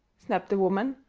snapped the woman,